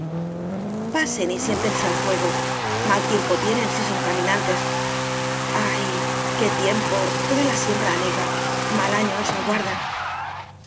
pasen y siéntense al fuego mal tiempo tienen si son caminantes ay qué tiem po toda la siembra anega mal año nos aguarda